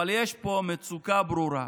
אבל יש פה מצוקה ברורה,